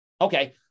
Okay